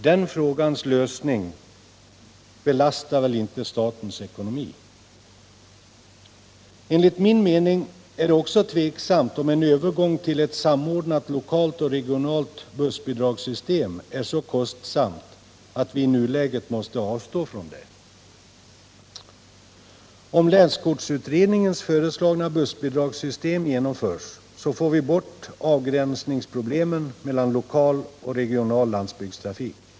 Den frågans lösning belastar väl inte statens ekonomi. Enligt min mening är det också tveksamt om en övergång till ett samordnat lokalt och regionalt bussbidragssystem är så kostsamt att vi i nuläget måste avstå från det. Om länskortsutredningens föreslagna bussbidragssystem genomförs, så får vi bort avgränsningsproblemen mellan lokal och regional landsbygdstrafik.